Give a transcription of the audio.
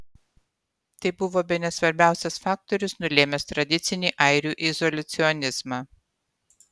tai buvo bene svarbiausias faktorius nulėmęs tradicinį airių izoliacionizmą